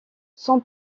son